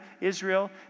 Israel